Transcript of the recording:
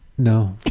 no.